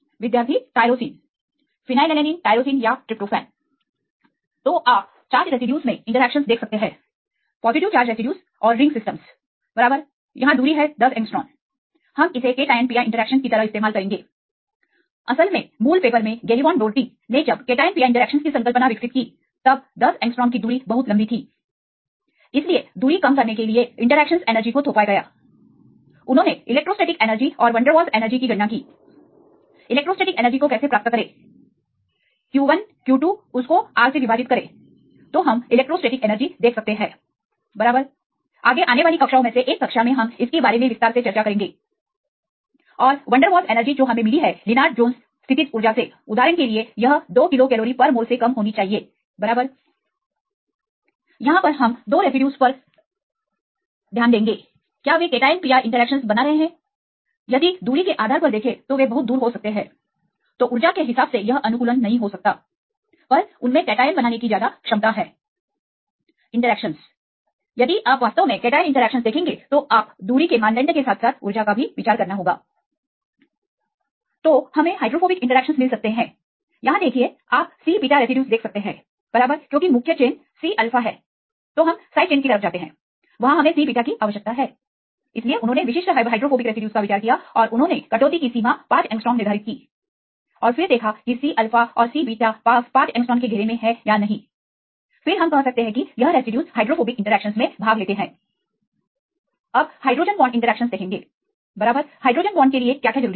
विद्यार्थी tyrosine phenylalanine tyrosine या tryptophan तो आप चार्ज रेसिड्यूज में इंटरेक्शनस देख सकते हैं पॉजिटिव चार्ज रेसिड्यूज और रिंग सिस्टमस बराबर यहां दूरी है 10 एंगस्ट्रांम हम इसे केटआयन pi इंटरेक्शनस की तरह इस्तेमाल करेंगेअसल में मूल पेपर में गेलीवांट डोरटी ने जब कैट आयन pi इंटरेक्शनस की संकल्पना विकसित की तब 10 एंगस्ट्रांम दूरी बहुत लंबी थी इसलिए दूरी कम करने के लिए इंटरेक्शनस एनर्जी को थोपा गयाthey उन्होंने इलेक्ट्रोस्टेटिक एनर्जी और वंडरवॉलस एनर्जी की गणना की इलेक्ट्रोस्टेटिक एनर्जी को कैसे प्राप्त करें q1q2 by rq1q2r तो हम इलेक्ट्रोस्टेटिक एनर्जी देख सकते हैं बराबर आगे आने वाली कक्षाओं में से एक कक्षा में हम इसके बारे में विस्तार से चर्चा करेंगे और वंडर वॉलस एनर्जीvander waals energy जो मिली है लिनार्ड जोंस स्थितिज ऊर्जा से ऊर्जा कटौती की सीमा उदाहरण के लिए यह 2 किलोकैलोरी पर मोल से कम होनी चाहिए बराबर यहां पर हमें दो रेसिड्यूज पर विश्वास है क्या वे कैटआयन pi इंटरेक्शंस बना रहे हैंIf यदि दूरी के आधार पर देखें तो वे बहुत दूर हो सकते हैं तो ऊर्जा के हिसाब से यह अनुकूल नहीं हो सकताbut पर उनमें कैट आयन pi बनाने की ज्यादा क्षमता है इंटरेक्शनस यदि आप वास्तव में कैटआयन इंटरेक्शनस देखेंगे तो आपको दूरी के मानदंड के साथ साथ उर्जा का भी विचार करना होगा तो हमें हाइड्रोफोबिक इंटरेक्शनस मिल सकते हैं यहां देखिए आप C बीटा रेसिड्यूज देख सकते हैं बराबर क्योंकि मुख्य चेन C अल्फा है तो हम साइड चेंन्स की तरफ जाते हैं वहां हमें C बीटा कीआवश्यकता हैSo इसलिए उन्होंने विशिष्ट हाइड्रोफोबिक रेसिड्यूज का विचार किया और उन्होंने कटौती की सीमा 5 एंगस्ट्रांम निर्धारित की और फिर देखI की Cअल्फा और C बीटा 5 एंगस्ट्रांम के घेरे में है या नहीं फिर हम कह सकते हैं कि यह रेसिड्यूज हाइड्रोफोबिक इंटरेक्शनस में भाग लेते हैं अब हाइड्रोजन बॉन्ड इंटरेक्शनस देखेंगे बराबर हाइड्रोजन बॉन्ड के लिए क्या क्या जरूरी है